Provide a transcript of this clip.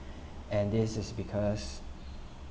and this is because